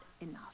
enough